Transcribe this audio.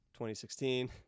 2016